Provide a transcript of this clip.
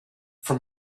from